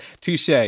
Touche